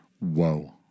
Whoa